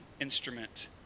instrument